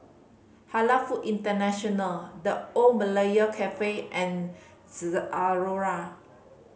Halal Food International The Old Malaya Cafe and Zalora